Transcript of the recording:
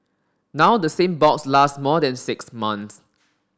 now the same box lasts more than six months